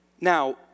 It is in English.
Now